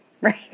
Right